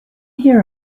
here